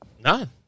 None